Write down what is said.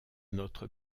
notre